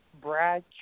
Brad